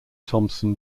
thomson